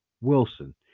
Wilson